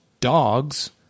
dogs